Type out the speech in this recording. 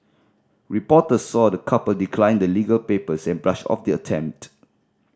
reporters saw the couple decline the legal papers and brush off the attempt